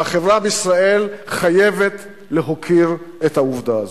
והחברה בישראל חייבת להוקיר את העובדה הזאת.